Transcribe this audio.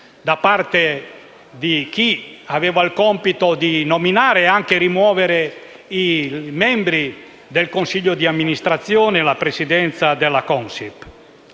da parte di chi aveva il compito di nominare e anche rimuovere i membri del consiglio di amministrazione e la presidenza della Consip.